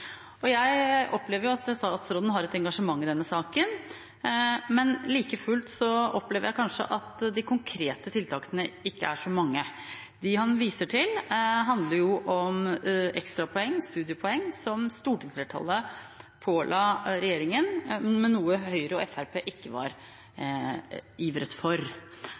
Jeg opplever at statsråden har et engasjement i denne saken, men like fullt opplever jeg kanskje at de konkrete tiltakene ikke er så mange. De han viser til, handler om ekstra poeng, studiepoeng, som stortingsflertallet påla regjeringen å innføre, noe Høyre og Fremskrittspartiet ikke ivret for.